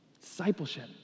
discipleship